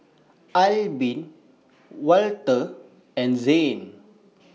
Albin Walter and Zane